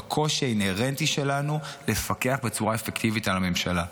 בקושי האינהרנטי שלנו לפקח בצורה אפקטיבית על הממשלה.